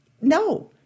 No